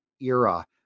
era